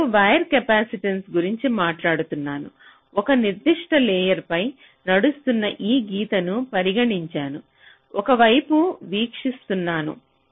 ఇప్పుడు wire capacitance గురించి మాట్లాడుతున్నాను ఒక నిర్దిష్ట లేయర్ పై నడుస్తున్న ఒక తీగను పరిగణించాను ఒక వైపు వీక్షీస్తున్నాను